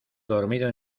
dormido